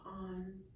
on